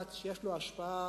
לדעת שיש לו השפעה